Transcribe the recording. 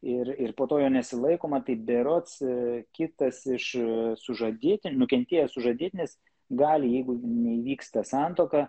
ir ir po to jo nesilaikoma tai berods kitas iš sužadėtin nukentėjęs sužadėtinis gali jeigu neįvyksta santuoka